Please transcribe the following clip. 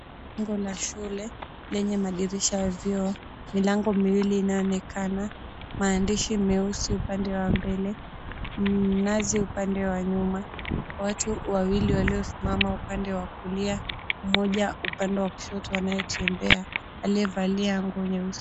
Jengo la shule lenye madirisha ya vioo, milango miwili inayoonekana, maandishi meusi upande wa mbele, mnazi upande wa nyuma. Watu wawili waliosimama upande wa kulia, mmoja upande wa kushoto anayetembea, aliyevalia nguo nyeusi.